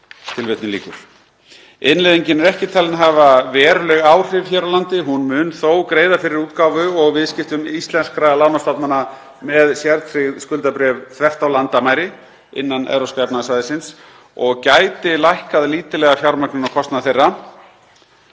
(úrvals)“. Innleiðingin er ekki talin hafa veruleg áhrif hér á landi. Hún mun þó greiða fyrir útgáfu og viðskiptum íslenskra lánastofnana með sértryggð skuldabréf þvert á landamæri innan Evrópska efnahagssvæðisins og gæti lækkað lítillega fjármögnunarkostnað þeirra.